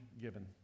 given